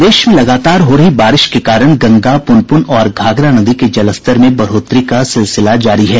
प्रदेश में लगातार हो रही बारिश के कारण गंगा पुनपुन और घाघरा नदी के जलस्तर में बढ़ोतरी का सिलसिला जारी है